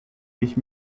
ich